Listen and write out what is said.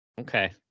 Okay